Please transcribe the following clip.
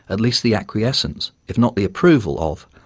at least the acquiescence, if not the approval of.